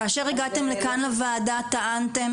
כאשר הגעתם לכאן לוועדה טענתם